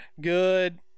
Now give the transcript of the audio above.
Good